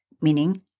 meaning